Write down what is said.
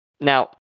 Now